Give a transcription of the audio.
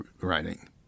writing